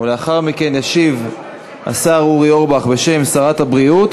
ולאחר מכן ישיב השר אורי אורבך בשם שרת הבריאות,